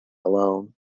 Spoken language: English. alone